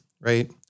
right